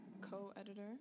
co-editor